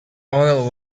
oil